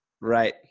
Right